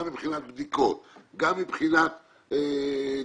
גם מבחינת בדיקות,